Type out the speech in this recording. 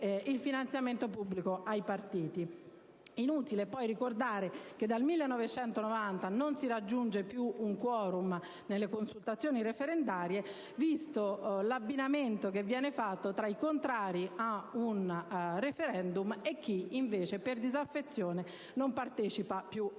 il finanziamento pubblico ai partiti. Inutile poi ricordare che dal 1990 non si raggiunge più un *quorum* nelle consultazioni referendarie, visto l'abbinamento tra i contrari a un *referendum* e chi, invece, per disaffezione, non partecipa più alle